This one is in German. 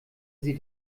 sie